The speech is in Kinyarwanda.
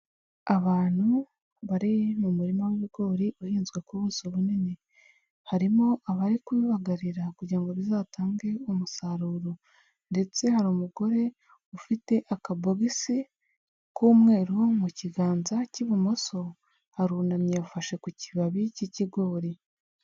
Abantu bari mu murima w'ibigori uhinzwe ku buso bunini, harimo abari kubibagarira kugira ngo bizatange umusaruro ndetse hari umugore ufite akabogisi k'umweru mu kiganza cy'ibumoso, arunamye yafashe ku kibabi cy'ikigori.